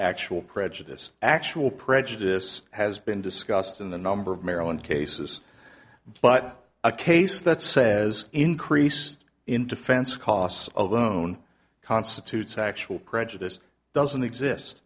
actual prejudice actual prejudice has been discussed in the number of maryland cases but a case that says increase in defense costs alone constitutes actual prejudice doesn't exist